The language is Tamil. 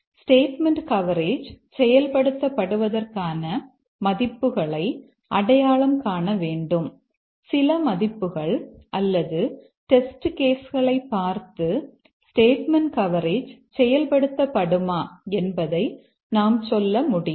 ஸ்டேட்மெண்ட் கவரேஜ் செயல்படுத்தபடுவதற்கான மதிப்புகளை அடையாளம் காண வேண்டும் சில மதிப்புகள் அல்லது டெஸ்ட் கேஸ் களை பார்த்து ஸ்டேட்மெண்ட் கவரேஜ் செயல்படுத்தபடுமா என்பதை நாம் சொல்ல முடியும்